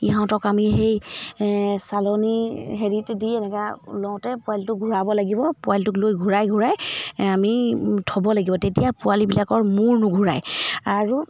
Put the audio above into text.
ইহঁতক আমি সেই চালনী হেৰিত দি এনেকুৱা লওঁতে পোৱালিটোক ঘূৰাব লাগিব পোৱালিটোক লৈ ঘূৰাই ঘূৰাই আমি থ'ব লাগিব তেতিয়া পোৱালিবিলাকৰ মূৰ নুঘূৰাই আৰু